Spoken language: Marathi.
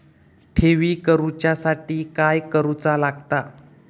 ठेवी करूच्या साठी काय करूचा लागता?